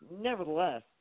nevertheless